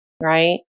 right